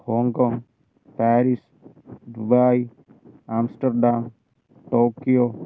Hong Kong Paris Dubai Amsterdam Tokyo